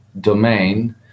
domain